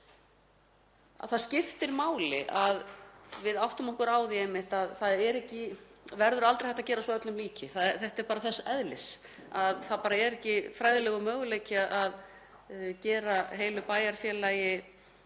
Það skiptir máli að við áttum okkur á því að það verður aldrei hægt að gera svo öllum líki. Þetta er bara þess eðlis að það er ekki fræðilegur möguleiki að gera heilu bæjarfélagi